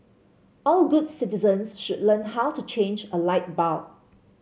all good citizens should learn how to change a light bulb